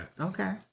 Okay